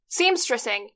seamstressing